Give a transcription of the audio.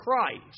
Christ